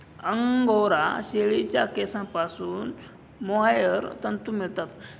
angora शेळीच्या केसांपासून mohair तंतू मिळतात